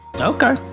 Okay